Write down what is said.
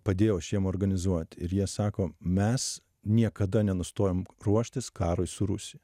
padėjau aš jiem organizuot ir jie sako mes niekada nenustojom ruoštis karui su rusija